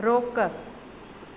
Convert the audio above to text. रोक